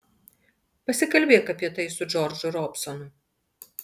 pasikalbėk apie tai su džordžu robsonu